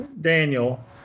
Daniel